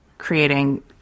creating